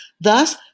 thus